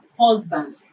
husband